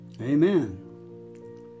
Amen